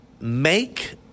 Make